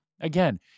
again